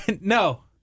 No